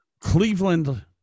Cleveland